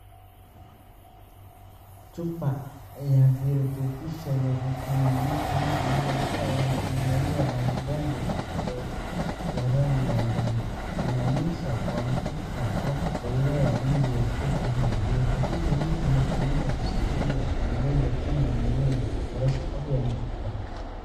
Chupa ya virutubisho vya vitamin D3 iliyokuwa imefunuliwa na vidonge vidogo vya rangi ya jano vinaonyesha kuanguka au kutolewa nje ya chupa hiyo. Virutubisho hivyo hutumika kusaidia kuongeza kinga mwilini na kuboresha afya ya mifupa.